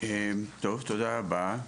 תודה רבה.